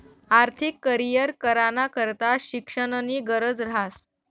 आर्थिक करीयर कराना करता शिक्षणनी गरज ह्रास